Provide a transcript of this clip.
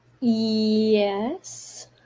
Yes